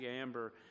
Amber